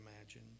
imagine